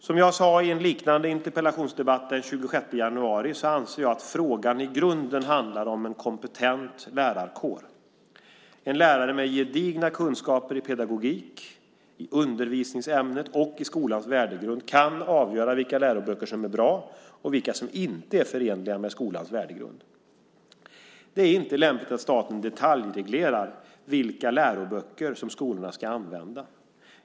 Som jag sade i en liknande interpellationsdebatt den 26 januari anser jag att frågan i grunden handlar om en kompetent lärarkår. En lärare med gedigna kunskaper i pedagogik, i undervisningsämnet och i skolans värdegrund kan avgöra vilka läroböcker som är bra och vilka som inte är förenliga med skolans värdegrund. Det är inte lämpligt att staten detaljreglerar vilka läroböcker skolorna ska använda.